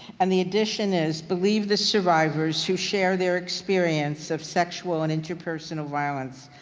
and the addition is believe the survivors who share their experience of sexual and interpersonal violence.